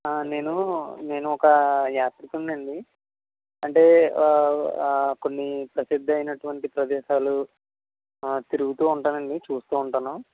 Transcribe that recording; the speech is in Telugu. నేను నేను ఒక యాత్రికుడిని అండి అంటే కొన్ని ప్రసిద్ధి అయినటువంటి ప్రదేశాలు తిరుగుతు ఉంటాను అండి చూస్తు ఉంటాను